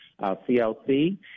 CLC